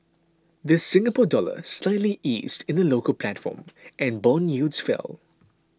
the Singapore Dollar slightly eased in the local platform and bond yields fell